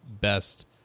best